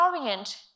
orient